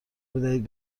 بدهید